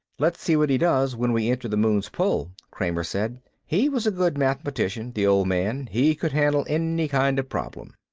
let's see what he does when we enter the moon's pull, kramer said. he was a good mathematician, the old man. he could handle any kind of problem.